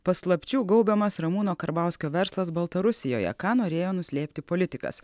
paslapčių gaubiamas ramūno karbauskio verslas baltarusijoje ką norėjo nuslėpti politikas